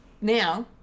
now